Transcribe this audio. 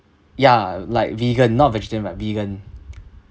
ya like vegan not vegetarian but vegan